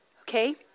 okay